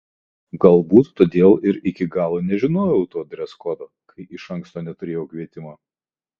galbūt todėl ir iki galo nežinojau to dreskodo kai iš anksto neturėjau kvietimo